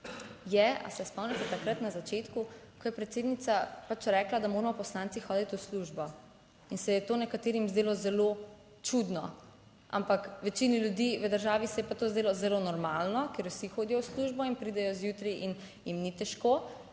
je, ali se spomnite takrat na začetku, ko je predsednica pač rekla, da moramo poslanci hoditi v službo in se je to nekaterim zdelo zelo čudno? Ampak večini ljudi v državi se je pa to zdelo zelo normalno, ker vsi hodijo v službo in pridejo zjutraj in jim ni težko